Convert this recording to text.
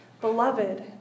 beloved